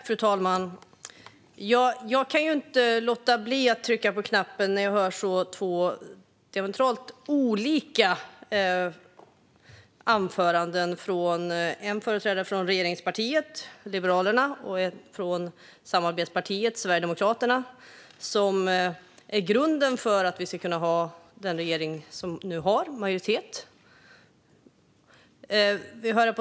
Fru talman! Jag kunde inte låta bli att trycka på knappen när jag hörde två så diametralt olika anföranden från en företrädare för regeringspartiet Liberalerna och en från samarbetspartiet Sverigedemokraterna som är grunden till att den regering Sverige nu har kan samla en majoritet.